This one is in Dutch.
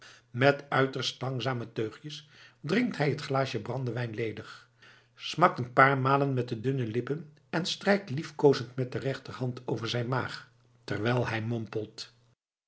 met uiterst langzame teugjes drinkt hij het glaasje brandewijn ledig smakt een paar malen met de dunne lippen en strijkt liefkoozend met de rechterhand over zijn maag terwijl hij